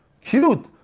cute